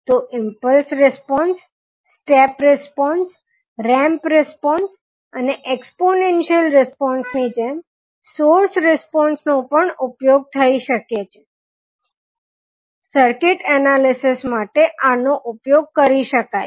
તો impulse response step response ramp response અને exponential response ની જેમ સોર્સ રીસ્પોંસ નો ઉપયોગ પણ સર્કિટ એનાલિસીસ માટે કરી શકાય છે